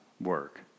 work